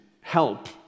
help